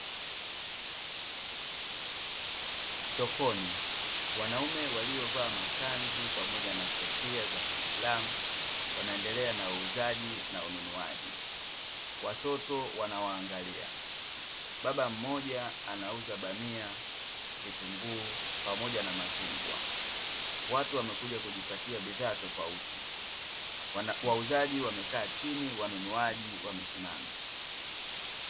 Sokoni, wanaume waliovaa makanzu pamoja na kofia za kiislamu wanaendelea na uuzaji na ununuaji, watoto wanawaangalia, baba mmoja anauza bamia, vitunguu, pamoja na machungwa. Watu wamekuja kujipatia bidhaa tofauti, wauzaji wamekaa chini, wanunuaji wamesimama.